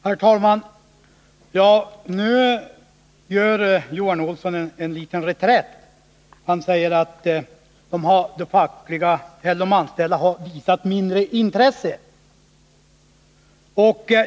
Herr talman! Nu slår Johan Olsson till reträtt och säger att de anställda har visat mindre intresse.